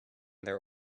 their